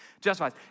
Justifies